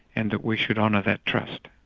and that we should honour that trust.